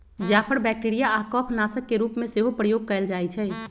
जाफर bacteria आऽ कफ नाशक के रूप में सेहो प्रयोग कएल जाइ छइ